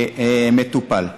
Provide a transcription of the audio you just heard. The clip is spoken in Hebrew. מטופל.